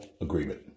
agreement